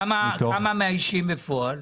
כמה מאיישים בפועל?